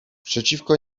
przeciwko